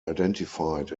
identified